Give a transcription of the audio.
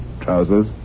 trousers